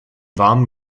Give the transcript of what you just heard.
warmen